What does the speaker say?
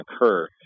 occur